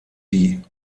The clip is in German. die